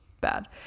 bad